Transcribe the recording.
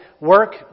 work